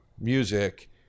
music